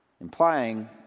Implying